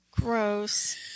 gross